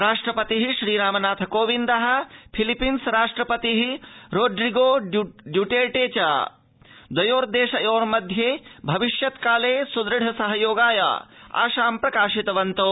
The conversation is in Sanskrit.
राष्ट्रपतिः श्रीरामनाथकोविंदः फिलीपींसदेशस्य राष्ट्रपतिः रोड्रिगो ड्यूटेर्ट च द्वयोर्देशयोर्मध्ये भविष्यत्काले स्दृढ़ सहयोगाय आशां प्रकटितवन्तौ